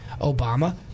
Obama